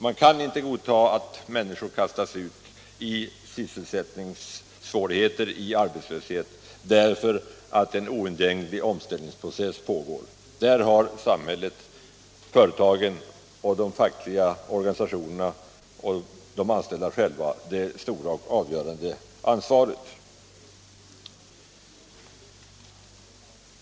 Vi kan inte godta att människor kastas ut i sysselsättningssvårigheter och arbetslöshet därför att en oundgänglig omställningsprocess pågår. Där har samhället, företagen, de fackliga organisationerna och de anställda själva det stora och avgörande gemensamma ansvaret.